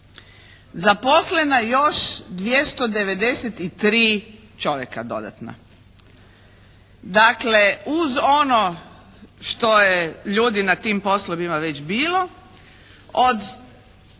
zaposlena još 293 čovjeka dodatno. Dakle uz ono što je ljudi na tim poslovima već bilo, od